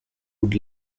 would